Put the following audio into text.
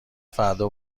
فردا